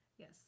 Yes